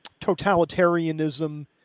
totalitarianism